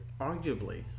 arguably